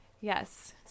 Yes